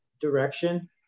direction